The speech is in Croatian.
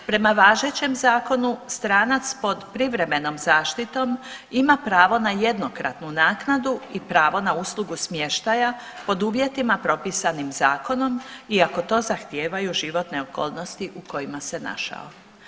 Prema važećem zakonu stranac pod privremenom zaštitom ima pravo na jednokratnu naknadu i pravo na uslugu smještaja pod uvjetima propisanim zakonom i ako to zahtijevaju životne okolnosti u kojima se našao.